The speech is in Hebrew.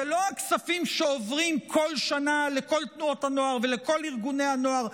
זה לא הכספים שעוברים כל שנה לכל תנועות הנוער ולכל ארגוני הנוער,